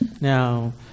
Now